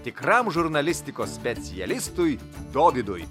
tikram žurnalistikos specialistui dovydui